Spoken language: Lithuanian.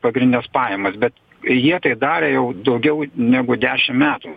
pagrindines pajamas bet jie tai darė jau daugiau negu dešim metų